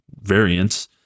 variants